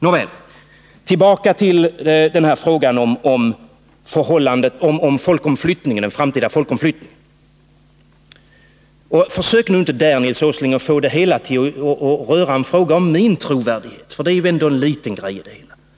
Nåväl-— tillbaka till frågan om den framtida folkomflyttningen. Men försök där inte, Nils Åsling, att få det hela att röra frågan om min trovärdighet, för det är ju ändå bara en liten fråga!